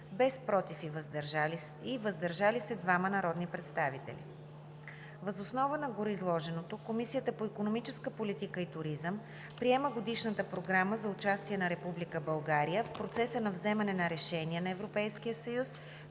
без „против“ и „въздържал се“ – двама народни представители. Въз основа на гореизложеното Комисията по икономическа политика и туризъм приема Годишната програма за участие на Република България в процеса на вземане на решения на